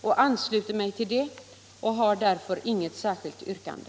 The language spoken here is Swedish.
Jag ansluter mig ull detta och har därför inget särskilt yrkande.